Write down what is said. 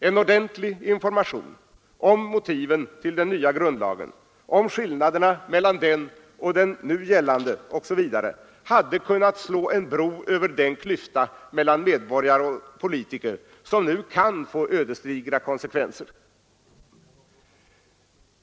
En ordentlig information om motiven till den nya grundlagen, om skillnaderna mellan den och den nuvarande, hade kunnat slå en bro över den klyfta mellan medborgare och politiker som nu kan få ödesdigra konsekvenser.